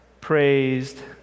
Praised